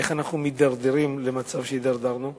איך אנחנו מידרדרים למצב שהידרדרנו אליו?